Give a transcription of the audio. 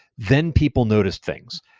then people notice things,